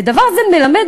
ודבר זה מלמד,